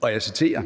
og jeg citerer: